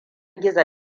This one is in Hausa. gizo